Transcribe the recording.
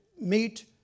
meet